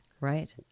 Right